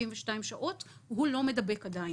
72 שעות, הוא לא מדבק עדיין.